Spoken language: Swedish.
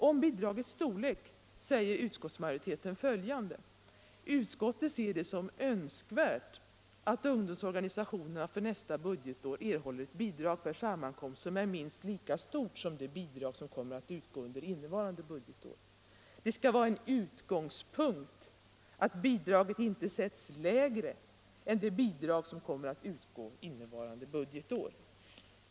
Om bidragets storlek säger utskottsmajoriteten följande: ”Utskottet ser det som önskvärt att ungdomsorganisationerna för nästa budgetår erhåller ett bidrag per sammankomst som är minst lika stort som det bidrag som kommer att utgå under innevarande budgetår.” Det skall vidare enligt majoritetsskrivningen vara en utgångspunkt att bidraget inte sätts lägre än det bidrag som kommer att utgå innevarande budgetår.